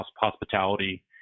hospitality